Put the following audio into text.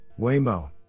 Waymo